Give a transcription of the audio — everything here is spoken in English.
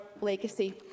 legacy